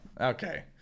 Okay